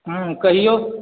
हूँ कहिऔ